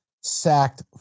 sacked